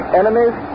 enemies